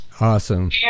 Awesome